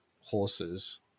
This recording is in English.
horses